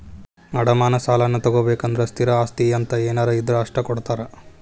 ಅಡಮಾನ ಸಾಲಾನಾ ತೊಗೋಬೇಕಂದ್ರ ಸ್ಥಿರ ಆಸ್ತಿ ಅಂತ ಏನಾರ ಇದ್ರ ಅಷ್ಟ ಕೊಡ್ತಾರಾ